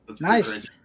Nice